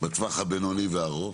בטווח הבינוני והארוך,